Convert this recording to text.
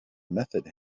method